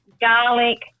garlic